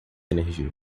energia